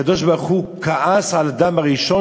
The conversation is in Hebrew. הקדוש-ברוך-הוא כעס על האדם הראשון,